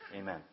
Amen